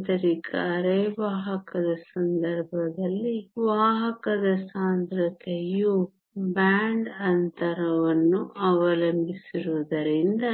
ಆಂತರಿಕ ಅರೆವಾಹಕದ ಸಂದರ್ಭದಲ್ಲಿ ವಾಹಕದ ಸಾಂದ್ರತೆಯು ಬ್ಯಾಂಡ್ ಅಂತರವನ್ನು ಅವಲಂಬಿಸಿರುವುದರಿಂದ